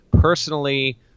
Personally